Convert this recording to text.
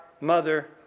mother